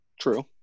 True